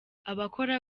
abakora